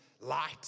light